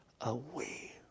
away